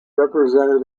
represented